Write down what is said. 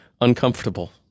Uncomfortable